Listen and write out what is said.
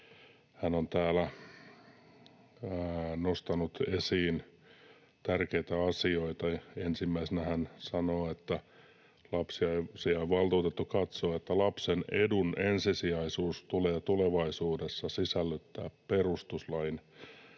Hän on täällä nostanut esiin tärkeitä asioita. Ensimmäisenä hän sanoo, että lapsiasiainvaltuutettu katsoo, että lapsen edun ensisijaisuus tulee tulevaisuudessa sisällyttää perustuslain